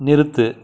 நிறுத்து